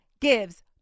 gives